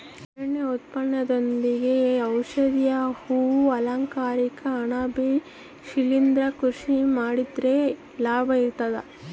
ಅರಣ್ಯ ಉತ್ಪನ್ನದೊಂದಿಗೆ ಔಷಧೀಯ ಹೂ ಅಲಂಕಾರಿಕ ಅಣಬೆ ಶಿಲಿಂದ್ರ ಕೃಷಿ ಮಾಡಿದ್ರೆ ಲಾಭ ಇರ್ತದ